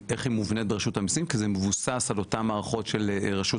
נבנית ברשות המיסים כי זה מבוסס על אותן המערכות של רשות